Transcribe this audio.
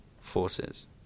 forces